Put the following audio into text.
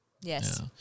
Yes